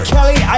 Kelly